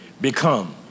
become